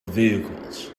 vehicles